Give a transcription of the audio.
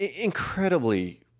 Incredibly